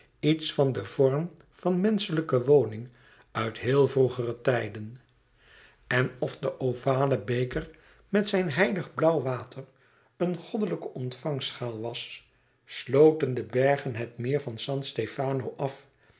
iets van den vorm van menschelijke woning uit heel vroegere tijden en of de ovale beker met zijn heilig blauwe water een goddelijke ontvangschaal was sloten de bergen het meer van san stefano af